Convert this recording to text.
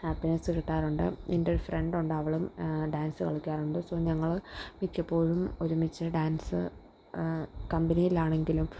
happiness കിട്ടാറുണ്ട് എൻ്റെ ഒരു ഫ്രണ്ട് ഉണ്ട് അവളും ഡാൻസ് കളിക്കാറുണ്ട് സൊ ഞങ്ങള് മിക്കപ്പോഴും ഒരുമിച്ച് ഡാൻസ് കമ്പനിയിലാണെങ്കിലും